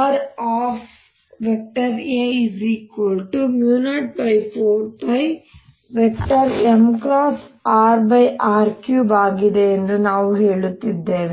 Ar04πmrr3 ಆಗಿದೆ ಎಂದು ನಾವು ಹೇಳುತ್ತಿದ್ದೇವೆ